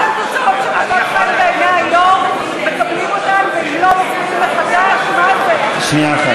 ההסתייגות של חבר הכנסת מיקי לוי לסעיף 2 לא נתקבלה.